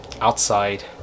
outside